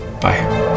Bye